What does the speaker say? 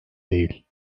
değil